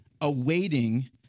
awaiting